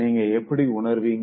நீங்க எப்படி உணர்வீங்க